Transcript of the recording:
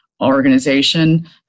organization